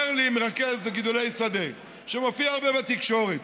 אומר לי מרכז גידולי שדה, שמופיע הרבה בתקשורת,